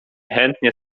chętnie